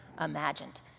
imagined